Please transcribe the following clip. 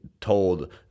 told